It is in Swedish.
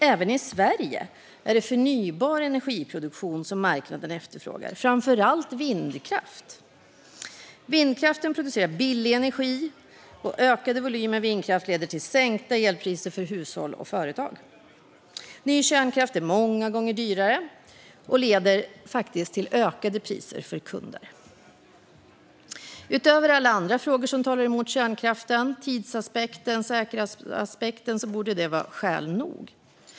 Även i Sverige är det förnybar energiproduktion som marknaden efterfrågar, framför allt vindkraft. Vindkraften producerar billig energi, och ökade volymer vindkraft leder till sänkta elpriser för hushåll och företag. Ny kärnkraft är många gånger dyrare och leder faktiskt till ökade priser för kunder. Utöver alla andra frågor som talar emot kärnkraften - tidsaspekten och säkerhetsaspekten - borde detta vara skäl nog.